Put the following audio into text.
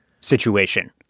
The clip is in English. situation